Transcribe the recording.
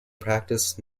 practice